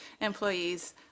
employees